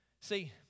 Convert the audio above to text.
See